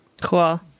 Cool